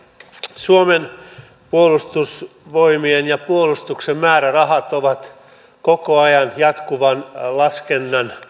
suomen puolustusvoimien ja puolustuksen määrärahat ovat koko ajan jatkuvan laskun